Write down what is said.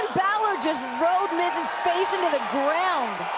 balor just rode miz's face into the ground.